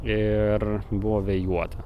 ir buvo vėjuota